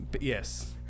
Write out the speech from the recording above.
Yes